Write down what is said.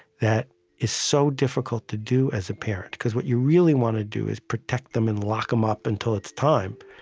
that is so difficult to do as a parent. because what you really want to do is protect them and lock em up until it's time.